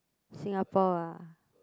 Singapore ah